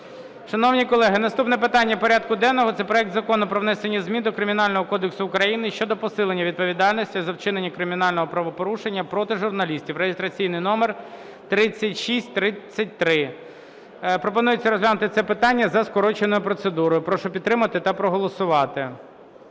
Шановні колеги, наступне питання порядку денного – це проект Закону про внесення змін до Кримінального кодексу України щодо посилення відповідальності за вчинення кримінальних правопорушень проти журналістів (реєстраційний номер 3633) Пропонується розглянути це питання за скороченою процедурою. Прошу підтримати та проголосувати.